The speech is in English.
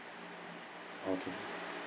okay